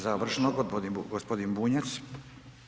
Završno gospodin Bunjac.